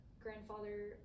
grandfather